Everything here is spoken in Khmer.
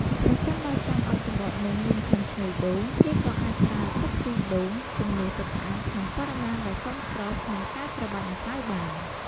ប្រសិនបើចង់ឲ្យសំបកនំមានក្លិនឈ្ងុយដូង គេក៏អាចប្រើ ទឹកខ្ទិះដូង ជំនួសទឹកស្អាតក្នុងបរិមាណដែលសមស្រប ក្នុងការច្របាច់ម្សៅបាន។